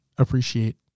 Appreciate